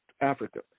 Africa